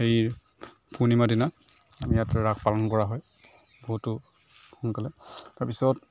সেই পূৰ্ণিমাৰ দিনা আমাৰ ইয়াত ৰাস পালন কৰা হয় বহুতো সোনকালে তাৰ পিছত